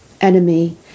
enemy